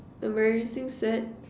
embarrassing sad